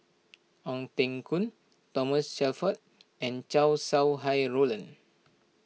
Ong Teng Koon Thomas Shelford and Chow Sau Hai Roland